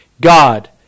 God